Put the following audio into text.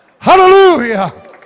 Hallelujah